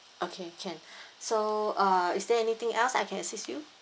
okay can so uh is there anything else I can assist you